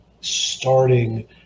starting